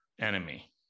enemy